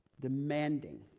demanding